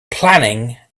planning